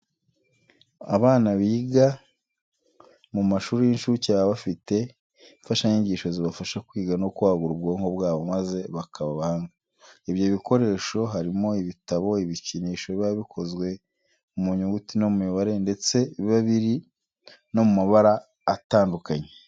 Abana biga mu mashuri y'incuke baba bafite imfashanyigisho zibafasha kwiga no kwagura ubwonko bwabo maze bakaba abahanga. Ibyo bikoresho harimo ibitabo, ibikinisho biba bikozwe mu nyuguti no mu mibare ndetse biba biri no mu mabara atandukanye.